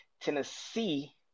Tennessee